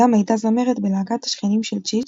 היא גם הייתה זמרת בלהקת "השכנים של צ'יץ'"